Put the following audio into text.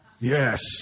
Yes